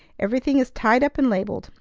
everything is tied up and labelled.